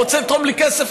הוא רוצה לתרום לי כסף,